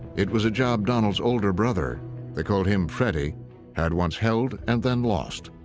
it was a job donald's older brother they called him freddy had once held and then lost.